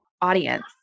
audience